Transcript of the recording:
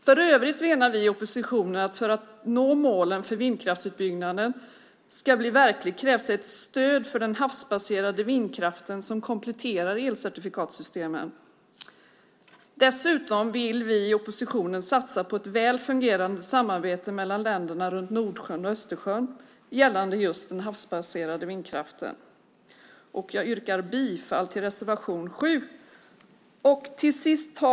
För övrigt menar vi i oppositionen att för att målen för vindkraftsutbyggnaden ska bli verkliga krävs ett stöd för den havsbaserade vindkraften som kompletterar elcertifikatssystemen. Dessutom vill vi i oppositionen satsa på ett väl fungerande samarbete mellan länder runt Nordsjön och Östersjön i fråga om just den havsbaserade vindkraften. Jag yrkar bifall till reservation 7.